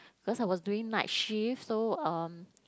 because I was doing night shift so um